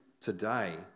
today